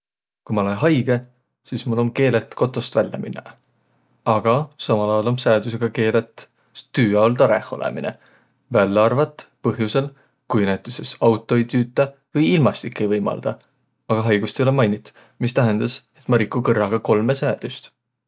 Ku ma olõ haigõ, sis mul om keelet kotost vällä minnäq, aga samal aol om säädüsega keelet tüü aol tarõh olõminõ, vällä arvat põhjusõl, ku näütüses auto ei tüütäq vai ilmastik ei võimaldaq. Aga haigust ei olõq mainit, mis tähendäs, et ma riku kõrraga kolmõ säädüst.